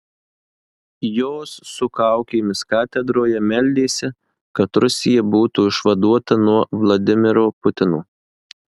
jos su kaukėmis katedroje meldėsi kad rusija būtų išvaduota nuo vladimiro putino